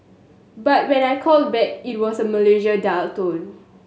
but when I called back it was a Malaysia dial tone